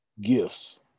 gifts